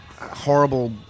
horrible